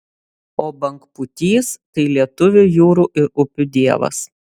o bangpūtys tai lietuvių jūrų ir upių dievas